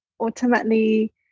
ultimately